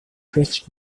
fetch